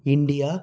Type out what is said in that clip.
India